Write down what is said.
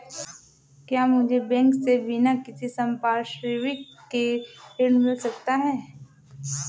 क्या मुझे बैंक से बिना किसी संपार्श्विक के ऋण मिल सकता है?